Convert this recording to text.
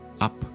up